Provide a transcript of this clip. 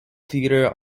theatre